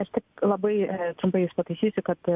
aš tik labai trumpai jus pataisysiu kad